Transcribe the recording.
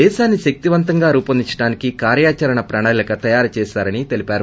దేశాన్పి శక్తివంతంగా రూపొందిచడానికి కార్సచరణ ప్రణాళిక తయారు చేశారని తెలిపారు